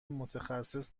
متخصص